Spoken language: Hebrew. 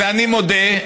ואני מודה,